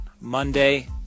Monday